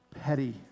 petty